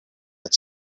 had